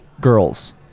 girls